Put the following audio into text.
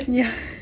ya